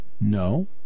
no